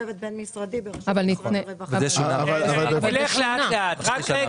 למה הצוות לא התכנס?